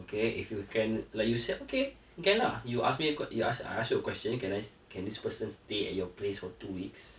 okay if you can like you said okay can lah you ask me a q~ you ask I ask you a question can I can this person stay at your place for two weeks